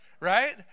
right